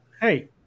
hey